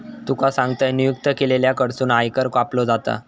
तुका सांगतंय, नियुक्त केलेल्या कडसून आयकर कापलो जाता